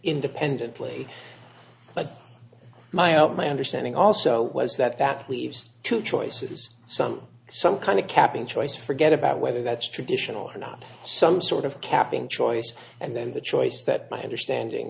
independently but my own my understanding also was that that leaves two choices some some kind of capping choice forget about whether that's traditional or not some sort of capping choice and then the choice that my understanding